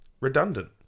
redundant